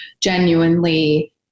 genuinely